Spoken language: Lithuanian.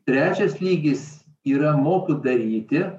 trečias lygis yra moku daryti